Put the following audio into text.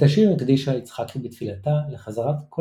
את השיר הקדישה יצחקי בתפילה לחזרת כל